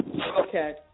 Okay